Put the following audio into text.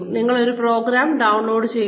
നിങ്ങൾ program download ചെയ്യുന്നു